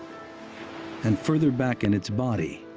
and further back in its body,